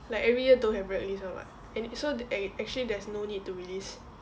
like every year don't have grad list [one] [what] so ac~ actually there's no need to release